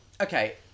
Okay